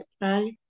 right